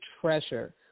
treasure